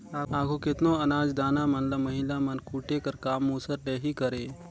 आघु केतनो अनाज दाना मन ल महिला मन कूटे कर काम मूसर ले ही करें